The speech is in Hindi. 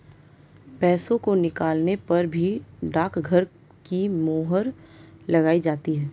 पैसों को निकालने पर भी डाकघर की मोहर लगाई जाती है